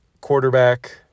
Quarterback